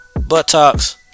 buttocks